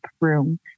room